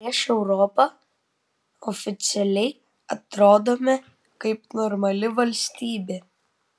prieš europą oficialiai atrodome kaip normali valstybė